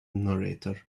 narrator